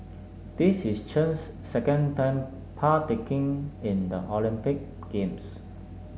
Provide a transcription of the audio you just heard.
this is Chen's second time partaking in the Olympic Games